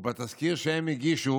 ובתזכיר שהם הגישו